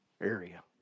area